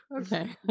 okay